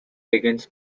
begins